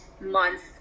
month